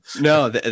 No